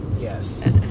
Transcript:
yes